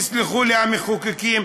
יסלחו לי המחוקקים,